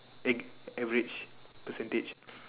act~ average percentage